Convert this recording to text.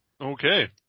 Okay